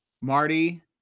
Marty